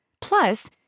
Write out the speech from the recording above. Plus